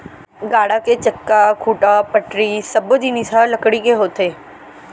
गाड़ा के चक्का, खूंटा, पटरी सब्बो जिनिस ह लकड़ी के होथे